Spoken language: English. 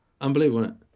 Unbelievable